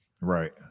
Right